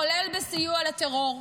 כולל בסיוע לטרור.